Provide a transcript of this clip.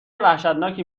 وحشتناکی